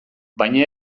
baina